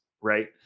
right